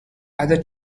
other